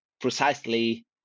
precisely